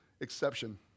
exception